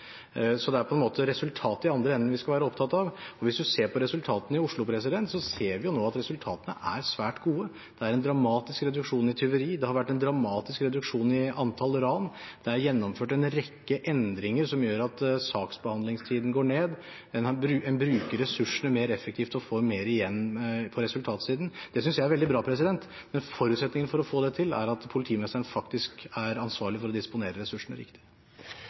Det er på en måte resultatet i den andre enden vi skal være opptatt av, og hvis en ser på resultatene i Oslo, ser en nå at de er svært gode. Det er en dramatisk reduksjon i tyveri, det har vært en dramatisk reduksjon i antallet ran, det er gjennomført en rekke endringer som gjør at saksbehandlingstiden går ned, og en bruker ressursene mer effektivt og får mer igjen på resultatsiden. Det synes jeg er veldig bra, men forutsetningen for å få det til er at politimesteren faktisk er ansvarlig for å disponere ressursene riktig.